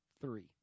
three